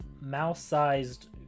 mouse-sized